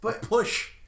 Push